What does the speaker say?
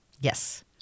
Yes